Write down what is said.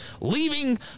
leaving